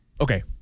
Okay